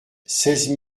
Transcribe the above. seize